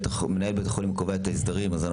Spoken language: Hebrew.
מנהל בית החולים קובע את ההסדרים ולכן